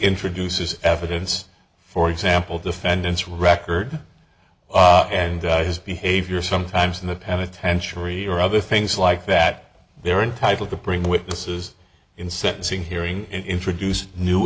introduces evidence for example defendant's record and his behavior sometimes in the penitentiary or other things like that they are entitled to bring witnesses in sentencing hearing introduce new